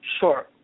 Sure